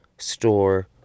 store